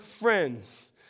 friends